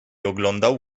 oglądał